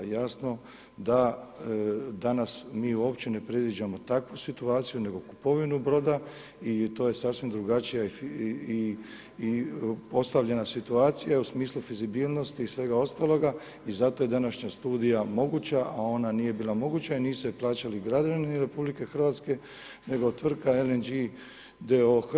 Jasno, danas mi uopće ne predviđamo takvu situaciju nego kupovinu broda i to je sasvim drugačije postavljena situacija u smislu fizibilnosti i svega ostalo i zato je današnja studija moguća a ona nije bila moguća i nisu plaćali građani RH nego tvrtka LNG d.o.o.